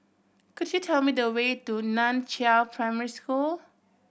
could you tell me the way to Nan Chiau Primary School